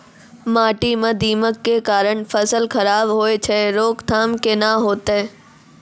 माटी म दीमक के कारण फसल खराब होय छै, रोकथाम केना होतै?